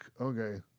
okay